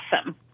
awesome